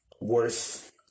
worth